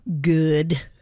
good